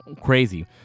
crazy